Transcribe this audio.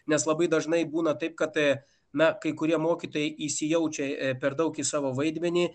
nes labai dažnai būna taip katė na kai kurie mokytojai įsijaučia per daug į savo vaidmenį